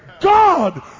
God